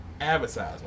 Advertisement